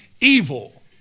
evil